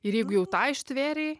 ir jeigu jau tą ištvėrei